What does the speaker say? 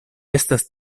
estas